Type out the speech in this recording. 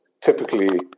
typically